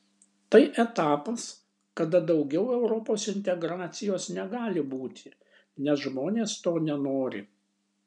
tai etapas kada daugiau europos integracijos negali būti nes žmonės to nenori